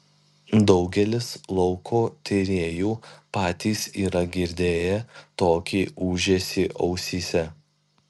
daugelis lauko tyrėjų patys yra girdėję tokį ūžesį ausyse